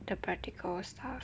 the practical stuff